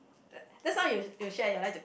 like just now you you shared your life to